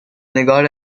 نگار